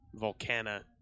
Volcana